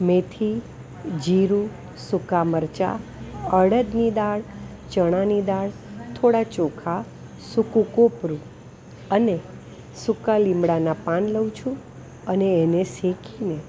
મેથી જીરું સૂકા મરચાં અડદની દાળ ચણાની દાળ થોડા ચોખા સૂકું કોપરું અને સૂકા લીંબડાના પાન લઉ છું અને એને શેકીને